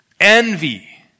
envy